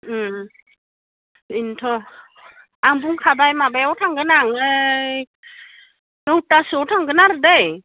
बेनोथ' आं बुंखाबाय माबायाव थांगोन आं ओइ नौथासोआव थांगोन आरो दै